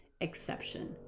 exception